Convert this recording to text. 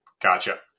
gotcha